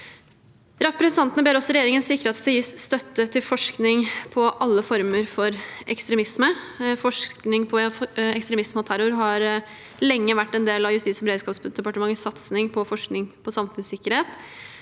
Representantene ber også regjeringen sikre at det gis støtte til forskning på alle former for ekstremisme. Forskning på ekstremisme og terror har lenge vært en del av Justis- og beredskapsdepartementets satsing på forskning på samfunnssikkerhet.